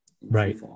right